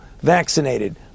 vaccinated